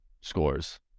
scores